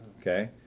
Okay